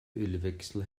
ölwechsel